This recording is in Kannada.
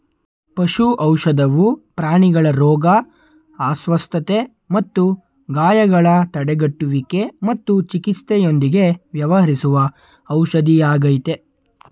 ಪಶು ಔಷಧವು ಪ್ರಾಣಿಗಳ ರೋಗ ಅಸ್ವಸ್ಥತೆ ಮತ್ತು ಗಾಯಗಳ ತಡೆಗಟ್ಟುವಿಕೆ ಮತ್ತು ಚಿಕಿತ್ಸೆಯೊಂದಿಗೆ ವ್ಯವಹರಿಸುವ ಔಷಧಿಯಾಗಯ್ತೆ